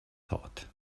thought